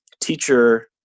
teacher